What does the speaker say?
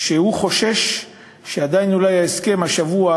והוא חושש שההסכם לא ייחתם השבוע,